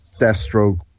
Deathstroke